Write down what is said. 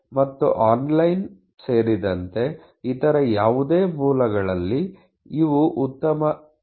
ಮತ್ತು ಆನ್ಲೈನ್ ಸೇರಿದಂತೆ ಇತರ ಯಾವುದೇ ಮೂಲಗಳಲ್ಲಿ ಇವು ಉತ್ತಮವಾಗಿ ಸಮರ್ಥವಾಗಿವೆ